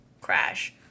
Crash